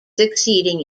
succeeding